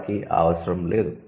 వారికి ఆ అవసరం లేదు